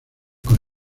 con